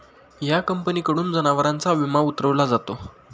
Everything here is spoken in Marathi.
या कंपनीकडून जनावरांचा विमा उतरविला जातो